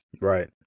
right